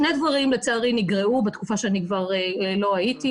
שני דברים לצערי נגרעו בתקופה שאני כבר לא הייתי.